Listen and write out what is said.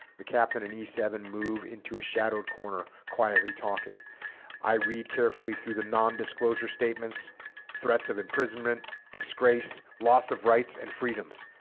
the captain and e seven move into a shadowed corner quietly talking i read carefully through the non-disclosure statements threats of imprisonment disgrace loss of rights and freedoms